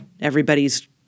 Everybody's